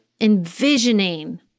envisioning